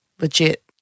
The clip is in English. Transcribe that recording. legit